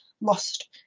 lost